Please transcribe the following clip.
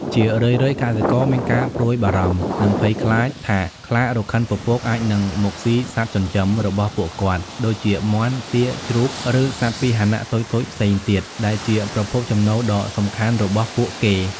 ជារឿយៗ កសិករមានការព្រួយបារម្ភ និងភ័យខ្លាចថា ខ្លារខិនពពកអាចនឹង មកស៊ីសត្វចិញ្ចឹម របស់ពួកគាត់ ដូចជាមាន់ ទា ជ្រូក ឬសត្វពាហនៈតូចៗផ្សេងទៀត ដែលជាប្រភពចំណូលដ៏សំខាន់របស់ពួកគេ។